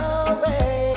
away